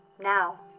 Now